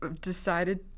decided